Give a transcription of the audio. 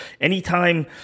anytime